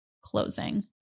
closing